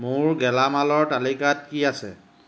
মোৰ গেলামালৰ তালিকাত কি আছে